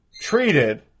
treated